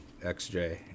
XJ